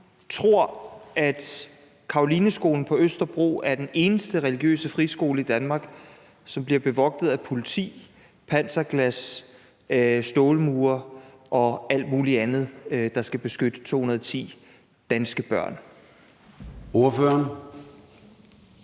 hun tror Carolineskolen på Østerbro er den eneste religiøse friskole i Danmark, som bliver bevogtet af politi, panserglas, stålmure og alt muligt andet, der skal beskytte 210 danske børn? Kl.